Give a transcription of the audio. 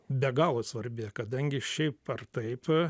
be galo svarbi kadangi šiaip ar taip